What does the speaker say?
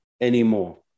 anymore